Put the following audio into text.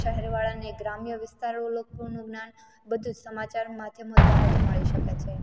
શહેર વાળાને ગ્રામ્ય વિસ્તારો લોકોનું જ્ઞાન બધું જ સમાચાર માધ્યમો દ્વારા જ મળી શકે છે